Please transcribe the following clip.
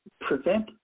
Prevent